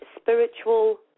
spiritual